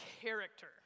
character